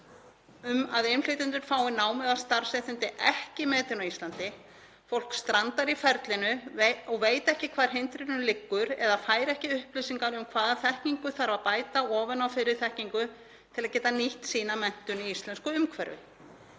um að innflytjendur fái nám eða starfsréttindi ekki metin á Íslandi. Fólk strandar í ferlinu og veit ekki hvar hindrunin liggur eða fær ekki upplýsingar um hvaða þekkingu þarf að bæta ofan á fyrri þekkingu til að geta nýtt sína menntun í íslensku umhverfi.